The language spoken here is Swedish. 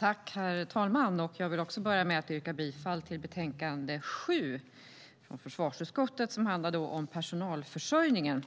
Herr talman! Jag börjar med att yrka bifall till förslaget i betänkande 7 från försvarsutskottet, som handlar om personalförsörjningen.